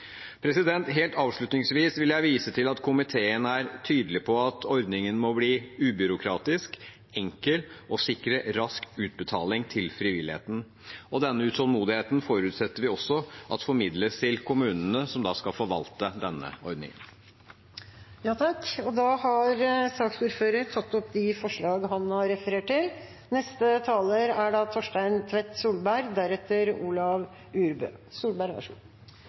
Helt avslutningsvis vil jeg vise til at komiteen er tydelig på at ordningen må bli ubyråkratisk, enkel og sikre rask utbetaling til frivilligheten. Denne utålmodigheten forutsetter vi også at formidles til kommunene som skal forvalte denne ordningen. Representanten Tage Pettersen har tatt opp de forslagene han refererte til. Jeg er stolt av at en på rekordtid har